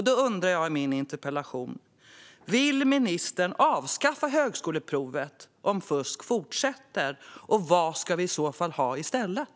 Då undrar jag i min interpellation: Vill ministern avskaffa högskoleprovet om fusk fortsätter, och vad ska vi i så fall ha i stället?